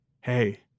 Hey